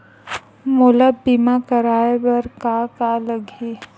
मोला बीमा कराये बर का का लगही?